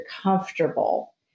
comfortable